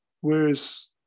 Whereas